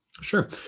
sure